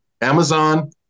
Amazon